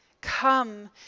Come